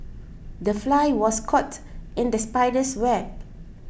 the fly was caught in the spider's web